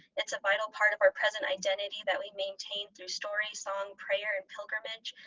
it's a vital part of our present identity that we maintain through story, song, prayer, and pilgrimage.